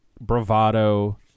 bravado